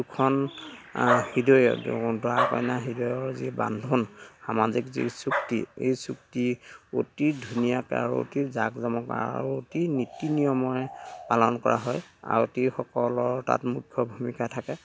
দুখন হৃদয়ৰ দৰা কইনাৰ হৃদয়ৰ যি বান্ধোন সামাজিক যি চুক্তি এই চুক্তি অতি ধুনীয়াকে আৰু অতি জাক জমক আৰু অতি নীতি নিয়মেৰে পালন কৰা হয় আয়তীসকলৰ তাত মুখ্য ভূমিকা থাকে